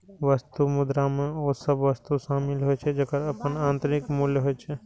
वस्तु मुद्रा मे ओ सभ वस्तु शामिल होइ छै, जेकर अपन आंतरिक मूल्य होइ छै